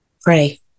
pray